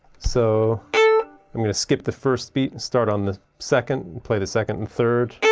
so i'm going to skip the first beat and start on the second, play the second and third.